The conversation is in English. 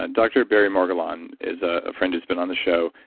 and dr. barry morguelan is a friend who's been on the show,